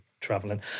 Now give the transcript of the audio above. traveling